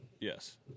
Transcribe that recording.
Yes